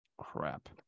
crap